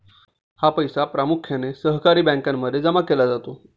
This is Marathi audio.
हा पैसा प्रामुख्याने सहकारी बँकांमध्ये जमा केला जातो